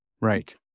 Right